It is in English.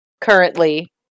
currently